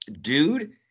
dude